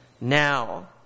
now